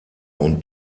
und